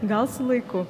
gal su laiku